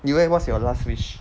you leh wait what's your last wish